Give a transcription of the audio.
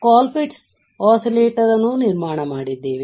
ನಾವು Colpitts oscillator ಅನ್ನು ನಿರ್ಮಾಣ ಮಾಡಿದ್ದೇವೆ